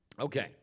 Okay